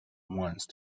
once